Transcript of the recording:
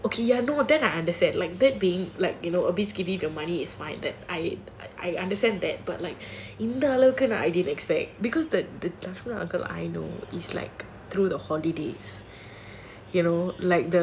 ya it's so okay ya no then I understand that being like abis giving the money is fine I understand that but இந்த அளவுக்கு:indha alavukku I didn't expect because the uncle I know is through the holidays